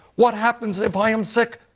what happens if i am sick?